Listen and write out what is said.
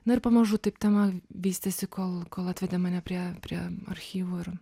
na ir pamažu taip tema vystėsi kol kol atvedė mane prie prie archyvų ir